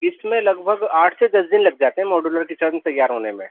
اس میں لگ بھگ آٹھ سے دس دن لگ جاتے ہیں موڈلر کچن تیار ہونے میں